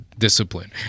Discipline